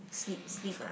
sleep sleep ah